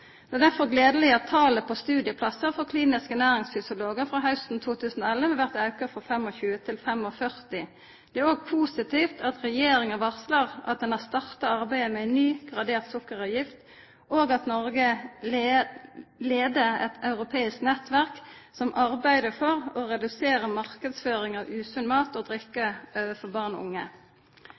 Det er derfor gledeleg at talet på studieplassar for klinisk ernæringsfysiologar frå hausten 2011 blir auka frå 25 til 45. Det er òg positivt at regjeringa varslar at ein har starta arbeidet med ein ny, gradert sukkeravgift, og at Noreg leier eit europeisk nettverk som arbeider for å redusera marknadsføringa av usunn mat og drikke overfor barn og unge.